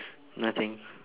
nothing